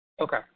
Okay